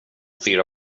fyra